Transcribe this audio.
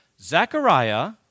Zechariah